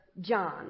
John